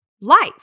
life